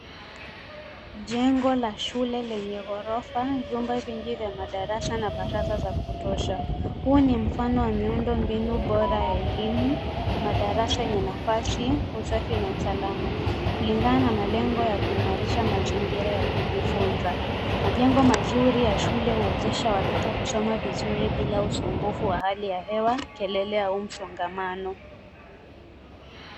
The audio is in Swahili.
Jengo la shule lenye gorofa. Vyumba vingi vya madarasa na baraza za kutosha. Huu ni mfano wa miundombinu bora ya elimu, madarasa yenye nafasi, usafi na usalama kulingana na malengo ya kuimarisha mazingira ya kujifunza. Majengo mazuri ya shule huwezesha watoto kusoma vizuri bila kusumbuliwa wa hali ya hewa, kelele au msongamano.